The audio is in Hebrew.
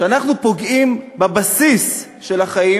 כשאנחנו פוגעים בבסיס של החיים,